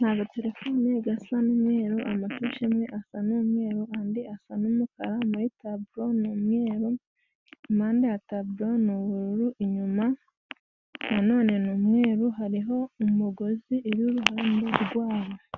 n'agatelefone gasa n'umweru, amafishi imwe asa n'umweru, andi asa n'umukara, muri taburo ni umweru, impande ya taburo ni ubururu, inyuma na none ni umweru, hariho umugozi uri uruhande rwabo.